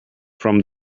from